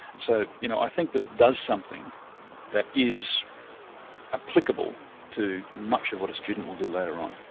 so you know i think that it does something that is applicable to much of what a student will do later on.